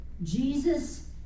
jesus